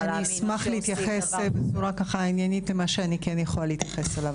אני אשמח להתייחס בצורה עניינית למה שאני כן יכולה להתייחס אליו.